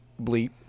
bleep